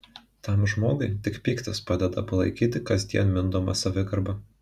tam žmogui tik pyktis padeda palaikyti kasdien mindomą savigarbą